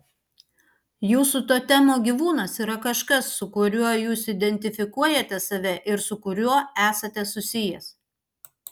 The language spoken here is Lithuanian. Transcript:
jūsų totemo gyvūnas yra kažkas su kuriuo jūs identifikuojate save ir su kuriuo esate susijęs